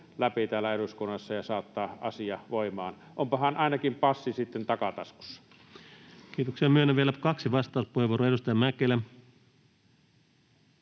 läpi täällä eduskunnassa ja saattaa asia voimaan. Onpahan ainakin passi sitten takataskussa. Kiitoksia. — Myönnän vielä kaksi vastauspuheenvuoroa. — Edustaja Mäkelä.